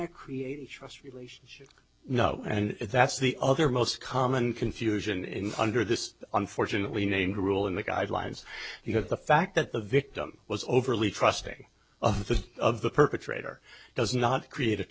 there create a trust relationship no and that's the other most common confusion in under this unfortunately named rule in the guidelines because the fact that the victim was overly trusting of the perpetrator does not create a